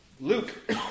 Luke